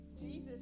Jesus